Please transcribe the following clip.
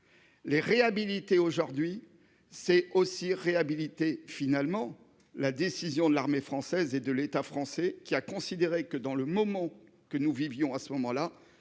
Les réhabiliter aujourd'hui c'est aussi réhabiliter finalement la décision de l'armée française et de l'État français qui a considéré que dans le moment que nous vivions à ce moment-là,